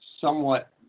somewhat